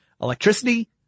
electricity